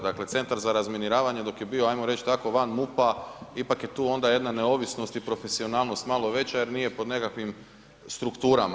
Dakle, centar za razminiravanje, dok je bio, ajmo reć, tako van MUP-a, ipak je tu onda jedna neovisnost i profesionalnost, malo veća, jer nije pod nekakvim strukturama.